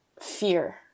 fear